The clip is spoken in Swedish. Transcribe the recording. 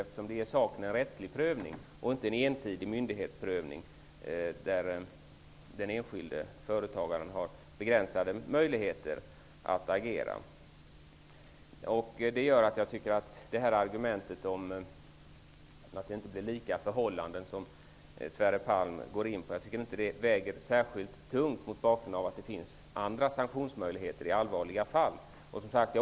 Det blir då en rättslig prövning och inte en ensidig myndighetsprövning, där den enskilde företagaren har begränsade möjligheter att agera. Därför tycker jag inte att Sverre Palms argument om att det inte blir lika förhållanden väger särskilt tungt mot bakgrund av att det finns andra sanktionsmöjligheter i allvarliga fall.